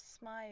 smile